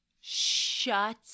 Shut